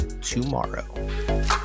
tomorrow